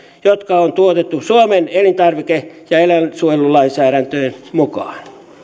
jotka on tuotettu suomen elintarvike ja eläinsuojelulainsäädäntöjen mukaan